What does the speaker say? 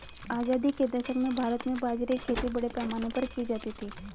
आजादी के दशक में भारत में बाजरे की खेती बड़े पैमाने पर की जाती थी